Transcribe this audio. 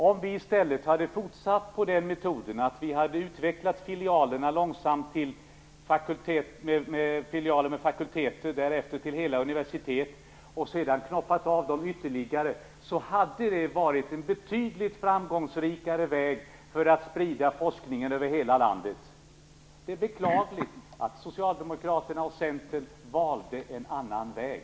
Om vi i stället hade fortsatt med den metoden att vi långsamt hade utvecklat filialer med fakulteter och därefter till hela universitet och sedan knoppat av dem ytterligare, så hade det varit en betydligt framgångsrikare väg för att sprida forskningen över hela landet. Det är beklagligt att Socialdemokraterna och Centern valde en annan väg.